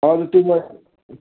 हजुर त्यो